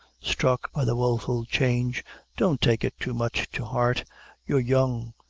struck by the woeful change don't take it too much to. heart you're young,